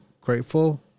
grateful